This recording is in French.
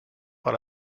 par